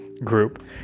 group